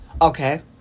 Okay